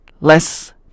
less